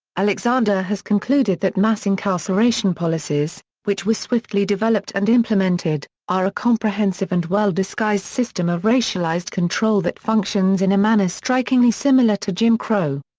alexander has concluded that mass incarceration policies, which were swiftly developed and implemented, are a comprehensive and well-disguised system of racialized control that functions in a manner strikingly similar to jim crow.